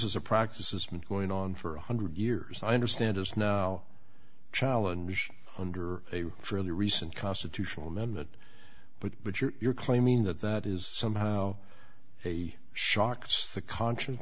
is a practice is going on for one hundred years i understand is now challenge under a fairly recent constitutional amendment but but you're claiming that that is somehow a shocked the conscience